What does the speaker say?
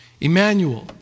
Emmanuel